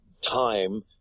time